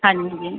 ਹਾਂਜੀ